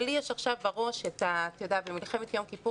אבל לי יש עכשיו בראש במלחמת יום כיפור